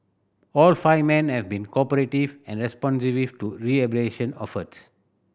all five men have been cooperative and responsive to rehabilitation efforts